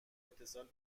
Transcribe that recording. اتصال